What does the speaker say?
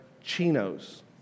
chinos